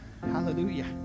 hallelujah